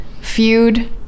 feud